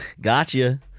Gotcha